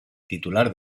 titular